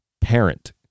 parent